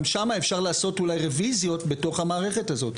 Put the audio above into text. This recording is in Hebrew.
גם שם אפשר אולי לעשות רביזיות בתוך המערכת הזאת.